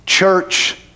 Church